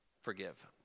forgive